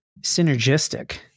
synergistic